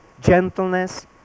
gentleness